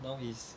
now is